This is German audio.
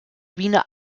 wiener